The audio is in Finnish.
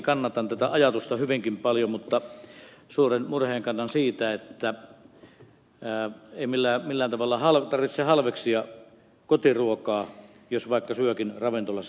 kannatan tätä ajatusta hyvinkin paljon mutta suuren murheen kannan siitä että ei millään tavalla tarvitse halveksia kotiruokaa jos vaikka syökin ravintolassa